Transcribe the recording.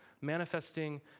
Manifesting